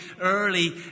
early